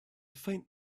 faint